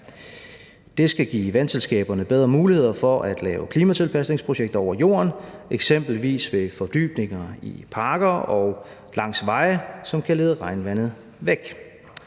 Det skal give vandselskaberne bedre muligheder for at lave klimatilpasningsprojekter over jorden, eksempelvis ved fordybninger i parker og langs veje, som kan lede regnvandet væk.